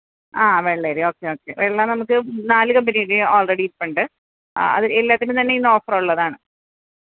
ആ വെള്ളയരി okay okay വെള്ള നമുക്ക് നാല് കമ്പനിയുടേത് ഓള്റെഡി ഇപ്പോഴുണ്ട് അത് എല്ലാത്തിനും തന്നെ ഇന്ന് ഓഫറുള്ളതാണ്